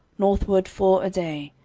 northward four a day,